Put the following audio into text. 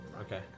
Okay